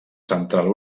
central